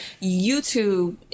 YouTube